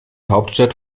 hauptstadt